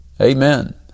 Amen